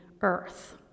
Earth